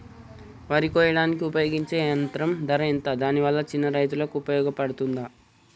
వరి కొయ్యడానికి ఉపయోగించే యంత్రం ధర ఎంత దాని వల్ల చిన్న రైతులకు ఉపయోగపడుతదా?